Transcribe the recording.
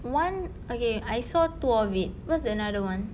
one okay I saw two of it what's the another one